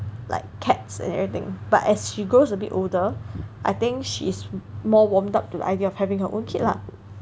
like cats and everything but as she grows a bit older I think she is more warmed up to the idea of having her own kid lah